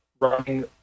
running